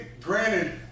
granted